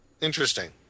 Interesting